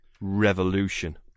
revolution